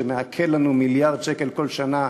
שמעקל לנו מיליארד שקל בכל שנה,